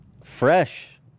Fresh